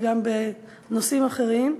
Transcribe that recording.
וגם בנושאים אחרים,